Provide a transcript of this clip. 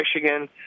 Michigan